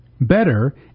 Better